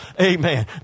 Amen